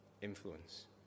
influence